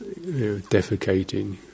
defecating